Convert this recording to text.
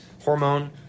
hormone